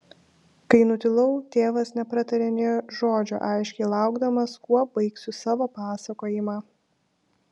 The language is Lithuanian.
kai nutilau tėvas nepratarė nė žodžio aiškiai laukdamas kuo baigsiu savo pasakojimą